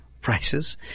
prices